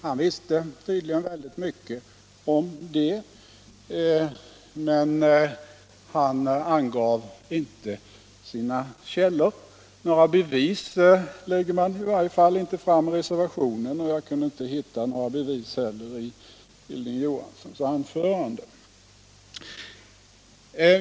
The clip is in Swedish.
Han visste tydligen mycket om det, men han angav inte sina källor. Några bevis lägger man i varje fall inte fram i reservationen, och jag kunde inte hitta några i Hilding Johanssons anförande heller.